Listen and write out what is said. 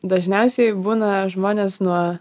dažniausiai būna žmonės nuo